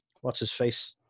what's-his-face